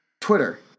Twitter